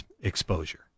exposure